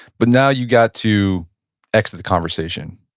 but, now, you've got to exit the conversation.